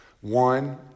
One